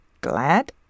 glad